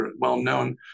well-known